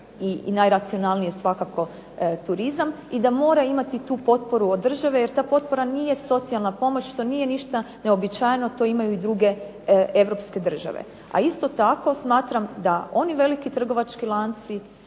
i najracionalnije svakako turizam i da mora imati tu potporu od države jer ta potpora nije socijalna pomoć, to nije ništa neuobičajeno, to imaju i druge europske države. A, isto tako, smatram da oni veliki trgovački lanci,